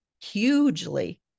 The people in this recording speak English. hugely